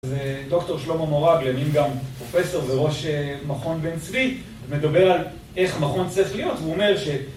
אז דוקטור שלמה מורג, לימים גם פרופסור וראש מכון בן צבי מדבר על איך מכון צריך להיות והוא אומר ש...